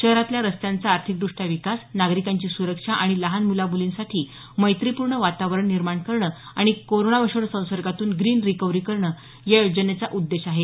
शहरातल्यर रस्त्यांचा आर्थिकदृष्ट्या विकास नागरिकांची सुरक्षा आणि लहान मुलांमुलींसाठी मैत्रीपूर्ण वातावरण निर्माण करणं आणि कोरोना विषाणू संसर्गातून ग्रीन रिकव्हरी करणं या योजनेचा उद्देश आहे